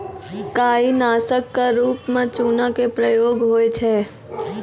काई नासक क रूप म चूना के प्रयोग होय छै